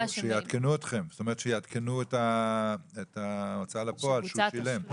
זאת אומרת שיעדכנו את ההוצאה לפועל שהוא שילם.